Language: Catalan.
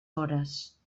hores